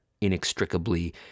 inextricably